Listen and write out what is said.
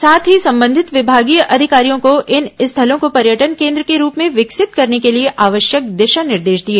साथ ही संबंधित विभागीय अधिकारियों को इन स्थलों को पर्यटन केन्द्र के रूप में विकसित करने के लिए आवश्यक दिशा निर्देश दिए